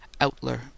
Outler